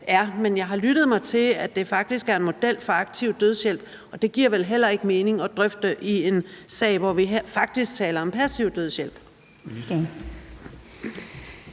men jeg har lyttet mig til, at det faktisk er en model for aktiv dødshjælp. Det giver vel heller ikke mening at drøfte i en sag, hvor vi faktisk taler om passiv dødshjælp.